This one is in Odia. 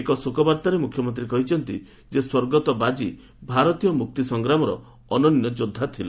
ଏକ ଶୋକବାର୍ଭାରେ ମୁଖ୍ୟମନ୍ତୀ କହିଛନ୍ତି ଯେ ସ୍ୱର୍ଗତ ବାଜୀ ଭାରତୀୟ ମୁକ୍ତି ସଂଗ୍ରାମର ଅନନ୍ୟ ଯୋଧ୍ବା ଥିଲେ